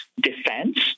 defense